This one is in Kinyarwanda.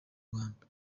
rwanda